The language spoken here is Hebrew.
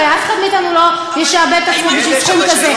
הרי אף אחד מאתנו לא ישעבד את עצמו בשביל סכום כזה.